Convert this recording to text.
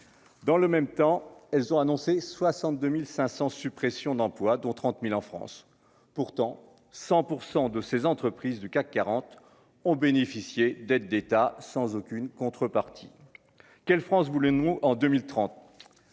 dans le même temps, elles ont annoncé 62500 suppressions d'emplois, dont 30000 en France, pourtant 100 % de ces entreprises du CAC 40 ont bénéficié d'aides d'État sans aucune contrepartie, quelle France voulait nous en 2030